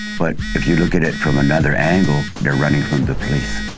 but if you look at it from another angle, they're running from the police.